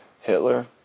Hitler